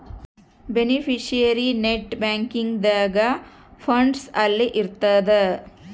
beneficiary net banking ದಾಗ funds ಅಲ್ಲಿ ಇರ್ತದ